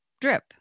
drip